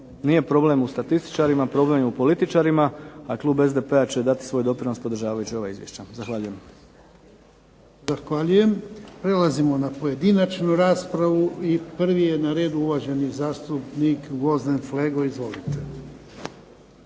nije problem u statističarima, problem je u političarima. A Klub SDP-a će dati doprinos podržavajući ova Izvješća. Zahvaljujem. **Jarnjak, Ivan (HDZ)** Zahvaljujem. Prelazimo na pojedinačnu raspravu, prvi je na redu uvaženi zastupnik Gvozden Flego. Izvolite.